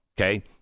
okay